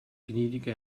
gnädige